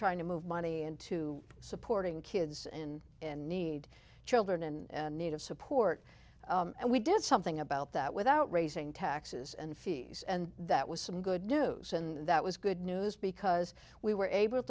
trying to move money into supporting kids and in need children and need of support and we did something about that without raising taxes and fees and that was some good news and that was good news because we were able